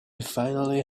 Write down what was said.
finally